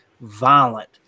violent